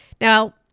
now